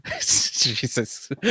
Jesus